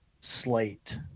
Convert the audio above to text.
slate